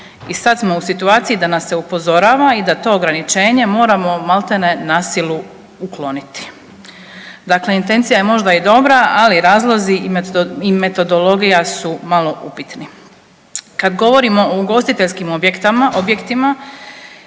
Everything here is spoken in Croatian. I sad smo u situaciji da nas se upozorava i da to ograničenje moramo maltene na silu ukloniti. Dakle, intencija je možda i dobra, ali razlozi i metodologija su malo upitni. Kad govorimo o ugostiteljskim objektima